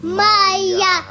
maya